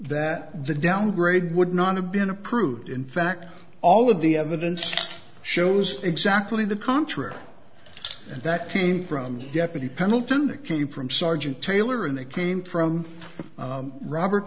that the downgrade would not have been approved in fact all of the evidence shows exactly the contrary and that came from deputy pendleton that came from sergeant taylor and it came from robert